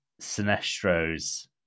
Sinestro's